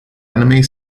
anime